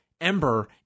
Ember